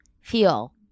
feel